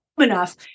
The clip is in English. enough